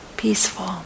peaceful